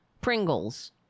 Pringles